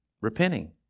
repenting